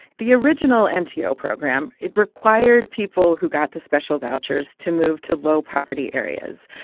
the original mto program, it required people who got the special vouchers to move to low-poverty areas.